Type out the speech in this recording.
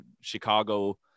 Chicago